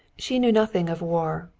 she knew nothing of war,